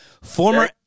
former